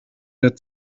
der